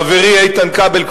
חברי איתן כבל,